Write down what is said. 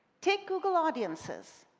take google audiences,